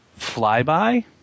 flyby